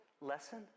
lesson